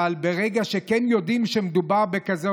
ברגע שכן יודעים שמדובר בכזה,